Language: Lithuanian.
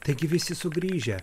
taigi visi sugrįžę